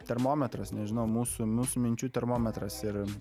termometras nežinau mūsų mūsų minčių termometras ir